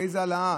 איזו העלאה?